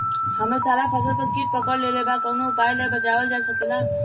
हमर सारा फसल पर कीट पकड़ लेले बा कवनो उपाय से बचावल जा सकेला?